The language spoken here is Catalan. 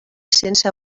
sense